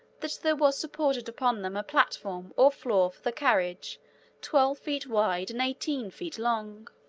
that there was supported upon them a platform or floor for the carriage twelve feet wide and eighteen feet long.